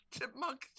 Chipmunk